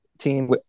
team